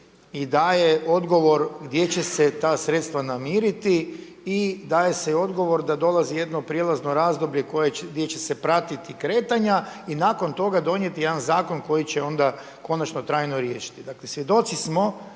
i daje odgovor gdje će se ta sredstva namiriti i daje se odgovor da dolazi jedno prijelazno razdoblje gdje će se pratiti kretanja. I nakon toga donijeti jedan zakon koji će onda konačno trajno riješiti. Dakle, svjedoci smo